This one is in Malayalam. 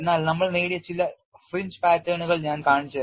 എന്നാൽ നമ്മൾ നേടിയ ചില ഫ്രിഞ്ച് പാറ്റേണുകൾ ഞാൻ കാണിച്ചുതരാം